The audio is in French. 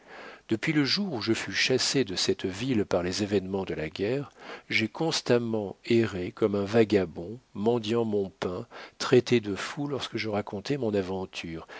depuis le jour où je fus chassé de cette ville par les événements de la guerre j'ai constamment erré comme un vagabond mendiant mon pain traité de fou lorsque je racontais mon aventure